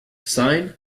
sine